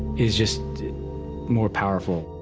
is just more powerful?